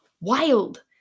wild